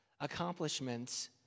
accomplishments